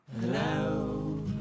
hello